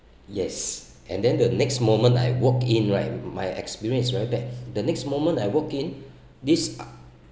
yes and then the next moment I walked in right my experience is very bad the next moment I walked in this